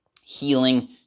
healing